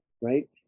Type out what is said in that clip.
right